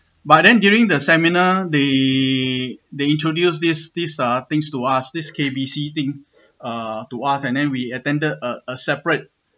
by then during the seminar they they introduced this this uh things to us this K_B_C thing uh to us and then we attended a a separate